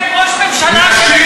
אתם בחרתם ראש ממשלה שבבית-סוהר.